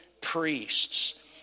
priests